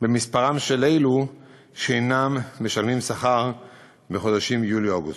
במספרם של אלו שאינם משלמים שכר בחודשים יולי-אוגוסט.